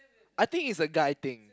I think it's a guy thing